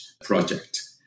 project